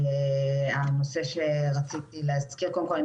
קודם כל,